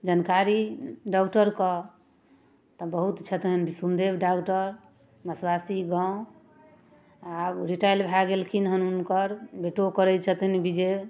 जानकारी डॉक्टरके तऽ बहुत छथिन बिसुनदेब डॉक्टर मसबासी गाँव आब रिटायर भए गेलखिन हँ हुनकर बेटो करै छथिन विजय